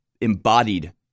embodied